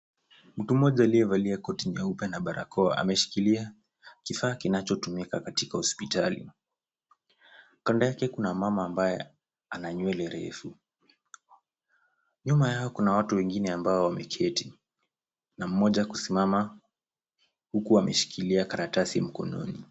Mtu mmoja aliyevalia koti nyeupe na barakoa, ameshikilia kifaa kinachotumika katika hospitali. Kando yake kuna mama ambaye ana nywele refu. Nyuma yao, kuna watu wengine ambao wameketi, na mmoja kusimama, huku ameshikilia karatasi mkononi.